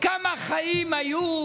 כמה חיים היו